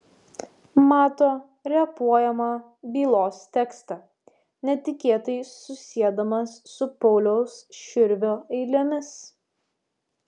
mato repuojamą bylos tekstą netikėtai susiedamas su pauliaus širvio eilėmis